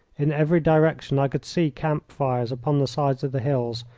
in every direction i could see camp fires upon the sides of the hills,